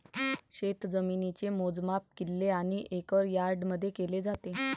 शेतजमिनीचे मोजमाप किल्ले आणि एकर यार्डमध्ये केले जाते